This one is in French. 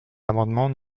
l’amendement